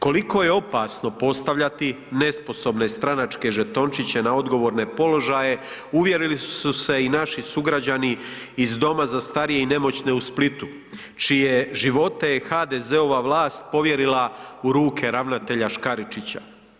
Koliko je opasno postavljati nesposobne stranačke žetočniće na odgovorne položaje uvjerili su se i naši sugrađani iz Doma za starije i nemoćne u Splitu čije je živote HDZ-ova vlast povjerila u ruke ravnatelja Škaričića.